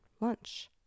lunch